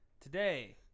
today